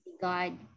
God